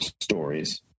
stories